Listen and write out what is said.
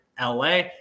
LA